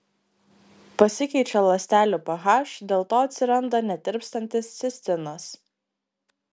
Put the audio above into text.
pasikeičia ląstelių ph dėl to atsiranda netirpstantis cistinas